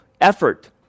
effort